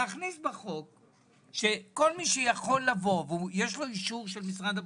להכניס בחוק שכל מי שיכול לבוא ויש לו אישור של משרד הבריאות,